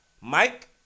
Mike